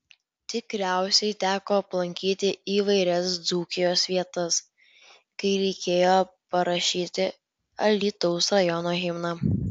tikriausiai teko aplankyti įvairias dzūkijos vietas kai reikėjo parašyti alytaus rajono himną